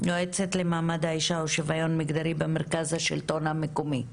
יועצת למעמד האישה ושוויון מגדרי במרכז השלטון המקומי.